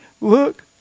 look